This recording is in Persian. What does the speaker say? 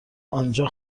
آنجا